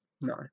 No